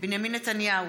בנימין נתניהו,